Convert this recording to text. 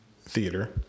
theater